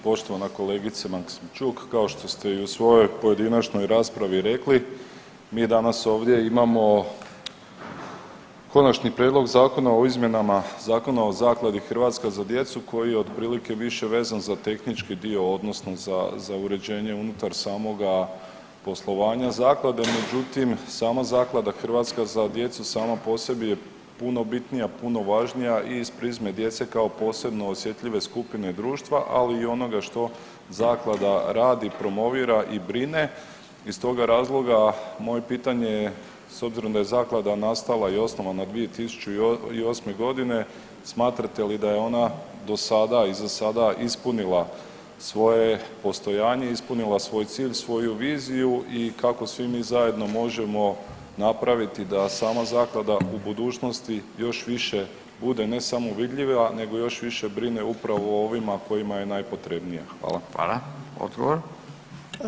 Poštovana kolegice Maksimčuk, kao što ste i u svojoj pojedinačnoj raspravi rekli mi danas ovdje imamo Konačni prijedlog zakona o izmjenama Zakona o Zakladi „Hrvatska za djecu“ koji je otprilike više vezan za tehnički dio odnosno za, za uređenje unutar samoga poslovanja zaklade, međutim sama Zaklada „Hrvatska za djecu“ sama po sebi je puno bitnija i puno važnija i iz prizme djece kao posebno osjetljive skupine društva, ali i onoga što zaklada radi, promovira i brine i iz toga razloga moje pitanje je s obzirom da je zaklada nastala i osnovana je 2008.g. smatrate li da je ona do sada i za sada ispunila svoje postojanje, ispunila svoj cilj, svoju viziju i kako svi mi zajedno možemo napraviti da sama zaklada u budućnosti još više bude ne samo vidljiva nego još više brine upravo o ovima kojima je najpotrebnija, hvala.